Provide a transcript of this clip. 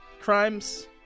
Crimes